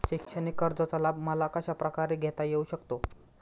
शैक्षणिक कर्जाचा लाभ मला कशाप्रकारे घेता येऊ शकतो?